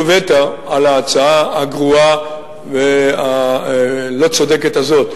וטו על ההצעה הגרועה והלא-צודקת הזאת.